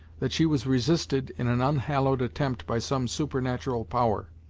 that she was resisted in an unhallowed attempt by some supernatural power.